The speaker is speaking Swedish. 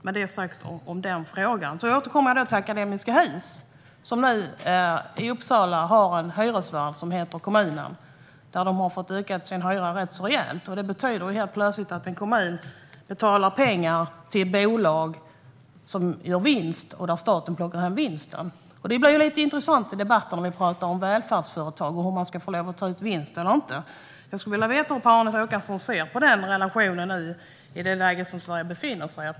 Med det sagt om den frågan återkommer jag till Akademiska Hus, som kommunen har som hyresvärd i Uppsala. Hyran har ökat rätt rejält, och det betyder plötsligt att en kommun betalar pengar till ett bolag som gör vinst och att staten plockar hem vinsten. Det blir lite intressant i debatten om vi talar om välfärdsföretag och om de ska få lov att ta ut vinst eller inte. Jag skulle vilja veta hur Per-Arne Håkansson ser på den relationen nu, i det läge Sverige befinner sig i.